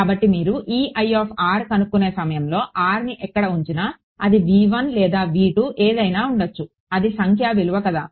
కాబట్టి మీరు కనుక్కునే సమయంలో rని ఎక్కడ ఉంచినా అది లేదా ఏదైనా ఉండచ్చు అది సంఖ్యా విలువ కదా